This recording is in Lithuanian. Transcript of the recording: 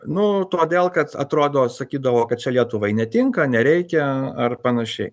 nu todėl kad atrodo sakydavo kad čia lietuvai netinka nereikia ar panašiai